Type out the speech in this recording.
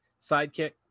sidekick